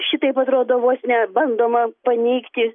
šitaip atrodo vos ne bandoma paneigti